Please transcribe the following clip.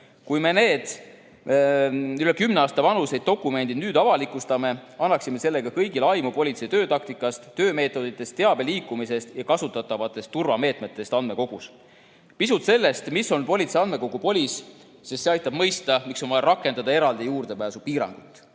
Kui me need üle kümne aasta vanused dokumendid nüüd avalikustaksime, annaksime sellega kõigile aimu politsei töötaktikast, töömeetoditest, teabe liikumisest ja andmekogus kasutatavatest turvameetmetest. Pisut sellest, mis on politsei andmekogu POLIS, sest see aitab mõista, miks on vaja rakendada eraldi juurdepääsupiirangut.